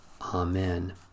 Amen